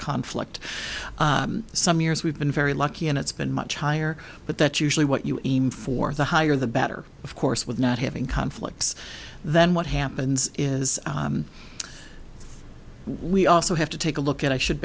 conflict some years we've been very lucky and it's been much higher but that's usually what you aim for the higher the better of course with not having conflicts then what happens is we also have to take a look at i should